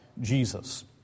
Jesus